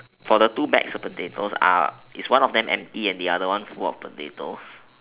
for the two bags of potatoes are is one of them empty and the other one full of potatoes